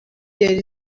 yari